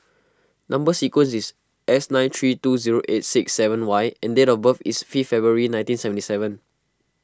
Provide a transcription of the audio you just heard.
Number Sequence is S nine three two zero eight six seven Y and date of birth is fifth February nineteen seventy seven